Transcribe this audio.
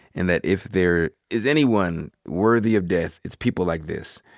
and that, if there is anyone worthy of death, it's people like this.